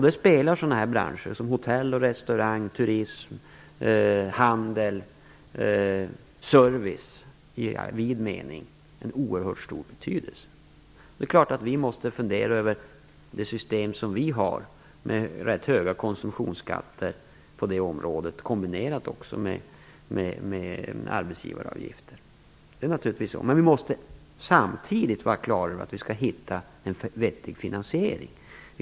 Där spelar branscher som hotell och restaurang, turism, handel och service i vid mening en oerhört stor roll. Det är klart att vi måste fundera över det system som vi har, med rätt höga konsumtionsskatter på det området i kombination med arbetsgivaravgifter, men vi måste samtidigt vara klara över att vi skall hitta en vettig finansiering av insatserna.